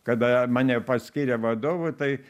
kada mane paskyrė vadovu tai